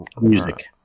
music